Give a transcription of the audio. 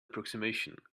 approximation